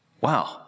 Wow